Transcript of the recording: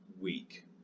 week